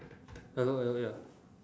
hello hello ya